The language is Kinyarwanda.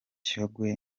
shyogwe